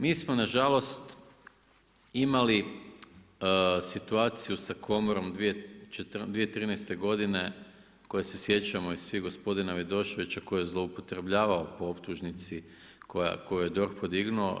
Mi smo nažalost imali situaciju sa komorom 2013. godine koje se sjećamo i svi gospodina Vidoševića koji je zloupotrebljavao po optužnici koju je DORH podignuo.